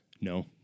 No